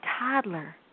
toddler